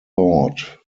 thought